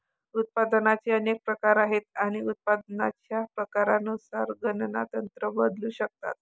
उत्पादनाचे अनेक प्रकार आहेत आणि उत्पादनाच्या प्रकारानुसार गणना तंत्र बदलू शकतात